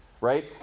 right